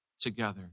together